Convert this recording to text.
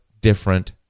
different